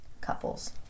couples